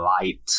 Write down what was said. light